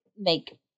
make